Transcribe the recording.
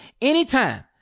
anytime